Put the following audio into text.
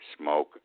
smoke